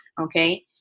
okay